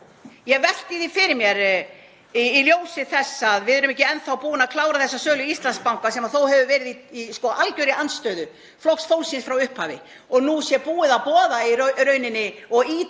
Ég velti því fyrir mér í ljósi þess að við erum ekki enn þá búin að klára þessa sölu á Íslandsbanka, sem þó hefur verið í algjörri andstöðu Flokks fólksins frá upphafi, og að nú sé búið að boða og ýta